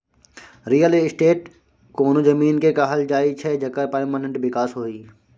real estate कोनो जमीन केँ कहल जाइ छै जकर परमानेंट बिकास होइ